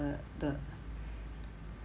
the